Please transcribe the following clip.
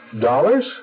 Dollars